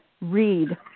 read